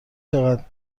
چقدر